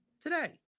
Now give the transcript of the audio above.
today